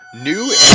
New